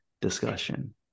discussion